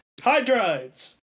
Hydrides